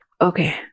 Okay